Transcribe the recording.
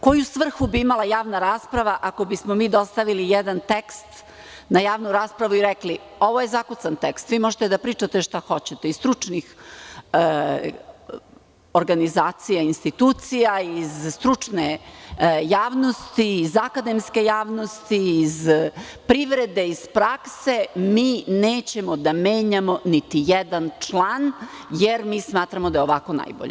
Koju svrhu bi imala javna rasprava ako bismo mi dostavili jedan tekst na javnu raspravu i rekli – ovo je zakucan tekst, vi možete da pričate šta hoćete, iz stručnih organizacija, institucija, iz stručne javnosti, iz akademske javnosti, iz privrede, iz prakse, mi nećemo da menjamo niti jedan član jer mi smatramo da je ovako najbolje.